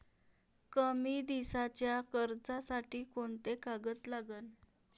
कमी दिसाच्या कर्जासाठी कोंते कागद लागन?